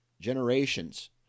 Generations